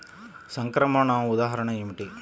సంక్రమణ ఉదాహరణ ఏమిటి?